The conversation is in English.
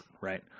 right